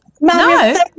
No